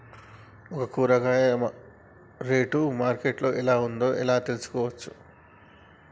ఒక కూరగాయ rate market లో ఎలా ఉందో ఎలా తెలుసుకోవచ్చు?